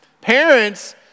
Parents